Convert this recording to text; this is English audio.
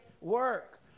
work